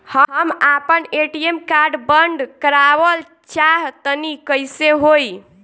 हम आपन ATM card बंद करावल चाह तनि कइसे होई?